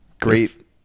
great